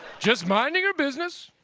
just minding her business,